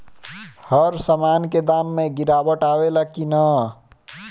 हर सामन के दाम मे गीरावट आवेला कि न?